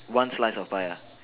once slice of pie ah